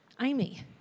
Amy